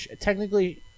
technically